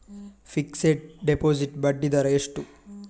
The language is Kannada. ಫಿಕ್ಸೆಡ್ ಡೆಪೋಸಿಟ್ ಬಡ್ಡಿ ದರ ಎಷ್ಟು?